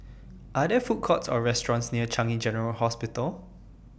Are There Food Courts Or restaurants near Changi General Hospital